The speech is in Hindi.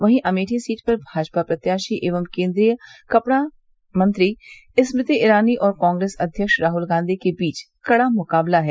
वहीं अमेठी सीट पर भाजपा प्रत्याशी एवं केन्द्रीय कपड़ा मंत्री स्मृति ईरानी और कांग्रेस अध्यक्ष राहल गांधी के बीच कड़ा मुकाबला है